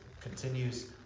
continues